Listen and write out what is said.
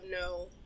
no